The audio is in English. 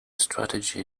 strategy